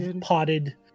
potted